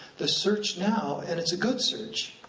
the search now, and it's a good search,